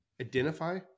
identify